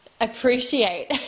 appreciate